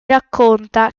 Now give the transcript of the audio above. racconta